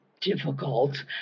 difficult